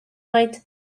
oed